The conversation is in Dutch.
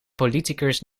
politiekers